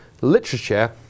literature